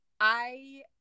I-